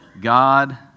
God